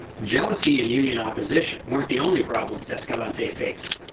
jealousy and union opposition weren't the only problems escalante faced.